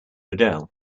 adele